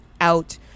out